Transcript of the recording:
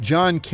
John